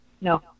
no